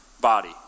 body